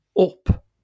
up